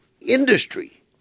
industry